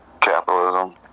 capitalism